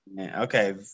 Okay